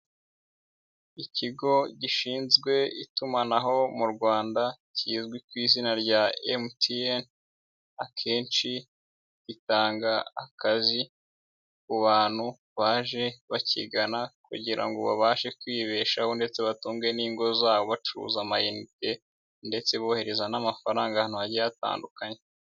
Ikigo gishinzwe itumanaho mu rwanda kizwi ku izina rya MTN, akenshi bitanga akazi ku bantu baje bakigana kugira ngo babashe kwibeshaho, ndetse batunge n'ingo zabo bacuruza ama inite, ndetse bohereza n'amafaranga ahantu hagiye hatandukanye.